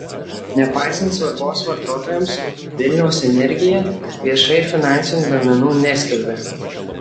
nepaisant svarbos vartotojams vilniaus energija viešai finansinių duomenų neskelbia